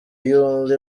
you